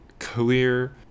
clear